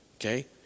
okay